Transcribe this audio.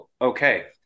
okay